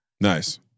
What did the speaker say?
Nice